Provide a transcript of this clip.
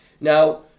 now